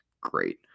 great